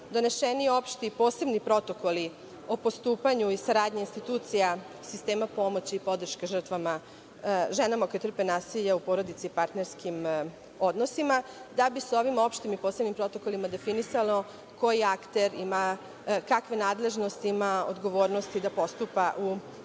doneseni opšti i posebni protokoli o postupanju i saradnji institucija sistema pomoći i podrške žrtvama, ženama koje trpe nasilje u porodici i partnerskim odnosima, da bi se ovim opštim i posebnim protokolima definisalo koji akter ima, kakve nadležnosti ima, odgovornosti da postupa u skladu